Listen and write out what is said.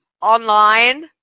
online